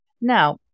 Now